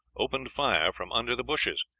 opened fire from under the bushes,